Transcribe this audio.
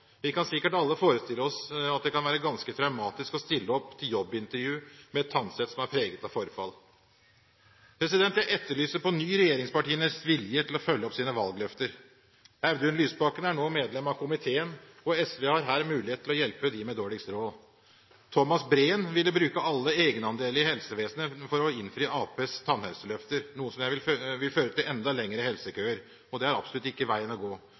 Vi kan sikkert alle forestille oss at det kan være ganske traumatisk å stille opp til jobbintervju med et tannsett som er preget av forfall. Jeg etterlyser på ny regjeringspartienes vilje til å følge opp sine valgløfter. Audun Lysbakken er nå medlem av komiteen, og SV har her mulighet til å hjelpe dem med dårligst råd. Thomas Breen vil bruke alle egenandelene i helsevesenet til å innfri Arbeiderpartiets tannhelseløfter, noe som vil føre til enda lengre helsekøer, og det er absolutt ikke veien å gå.